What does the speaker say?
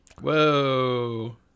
whoa